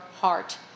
heart